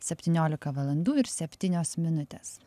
septyniolika valandų ir septynios minutės